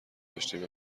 داشتیم